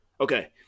Okay